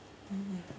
mm